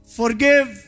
forgive